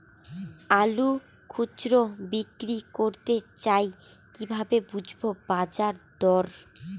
আলু খুচরো বিক্রি করতে চাই কিভাবে বুঝবো বাজার দর?